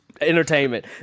entertainment